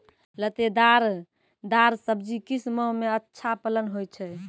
लतेदार दार सब्जी किस माह मे अच्छा फलन होय छै?